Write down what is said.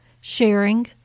sharing